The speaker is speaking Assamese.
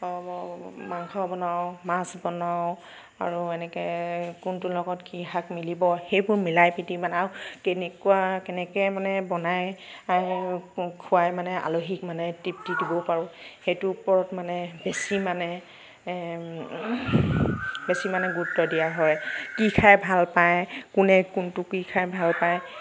মাংস বনাওঁ মাছ বনাওঁ আৰু এনেকে কোনটো লগত কি শাক মিলিব সেইবোৰ মিলাই পিতি মানে কেনেকুৱা কেনেকে মানে বনাই খুৱাই মানে আলহীক মানে তৃপ্তি দিব পাৰোঁ সেইটো ওপৰত মানে বেছি মানে বেছি মানে গুৰুত্ব দিয়া হয় কি খায় ভাল পাই কোনে কোনটো কি খাই ভাল পায়